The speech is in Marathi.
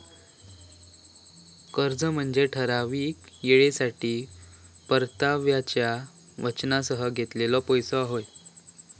कर्ज म्हनजे ठराविक येळेसाठी परताव्याच्या वचनासह घेतलेलो पैसो होय